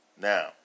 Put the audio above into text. Now